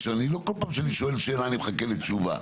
לא כל פעם שאני שואל שאלה אני מחכה לתשובה.